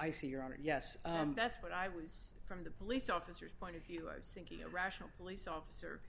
and yes that's what i was from the police officers point of view i was thinking a rational police officer